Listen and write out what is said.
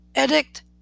edict